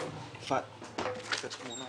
הישיבה ננעלה